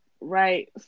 right